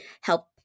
help